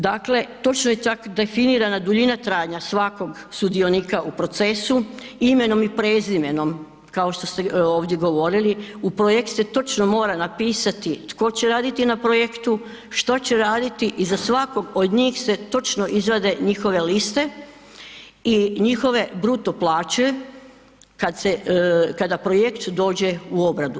Dakle, točno je čak definirana duljina trajanja svakog sudionika u procesu imenom i prezimenom kao što ste ovdje govorili, u projekt se točno mora napisati tko će raditi na projektu, što će raditi i za svakog od njih se točno izrade njihove liste i njihove bruto plaće kad se, kada projekt dođe u obradu.